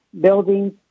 buildings